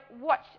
watch